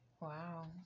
wow